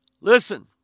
listen